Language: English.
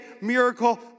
miracle